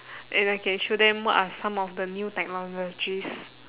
and I can show them what are some of the new technologies